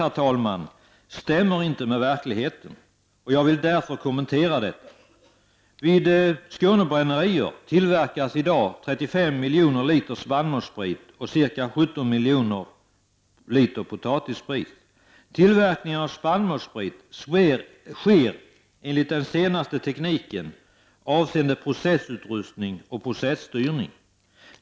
Dessa motiv stämmer inte med verkligheten, och jag vill därför göra en kommentar till detta. Vid AB Skånebrännerier tillverkar i dag ca 35 miljoner liter spannmålssprit och ca 17 miljoner liter potatissprit. Tillverkningen av spannmålssprit sker enligt den senaste tekniken avseende processutrustning och processtyrning.